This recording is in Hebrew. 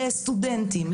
סטודנטים,